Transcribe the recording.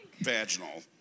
vaginal